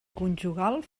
conjugal